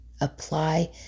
apply